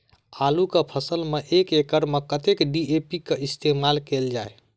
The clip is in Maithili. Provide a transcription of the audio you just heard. आलु केँ फसल मे एक एकड़ मे कतेक डी.ए.पी केँ इस्तेमाल कैल जाए?